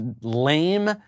lame